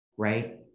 Right